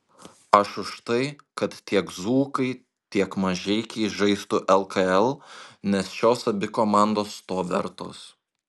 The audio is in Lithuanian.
aš už tai kad tiek dzūkai tiek mažeikiai žaistų lkl nes šios abi komandos to vertos